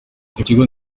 kigo